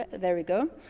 there we go.